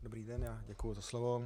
Dobrý den, děkuji za slovo.